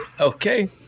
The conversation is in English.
okay